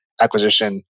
acquisition